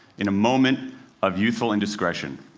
in a moment of youthful indiscretion,